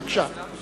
בבקשה.